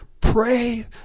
Pray